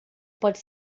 pode